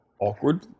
Awkward